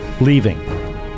leaving